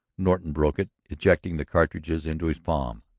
norton broke it, ejecting the cartridges into his palm.